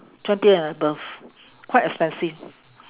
twenty and above quite expensive